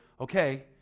okay